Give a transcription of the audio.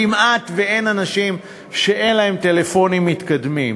כמעט אין אנשים שאין להם טלפונים מתקדמים.